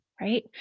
right